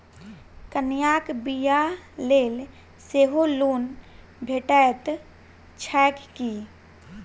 कन्याक बियाह लेल सेहो लोन भेटैत छैक की?